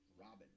Robin